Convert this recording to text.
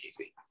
easy